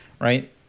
right